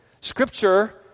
Scripture